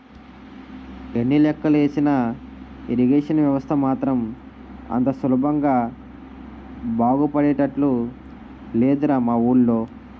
ఎన్ని లెక్కలు ఏసినా ఇరిగేషన్ వ్యవస్థ మాత్రం అంత సులభంగా బాగుపడేటట్లు లేదురా మా వూళ్ళో